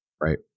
Right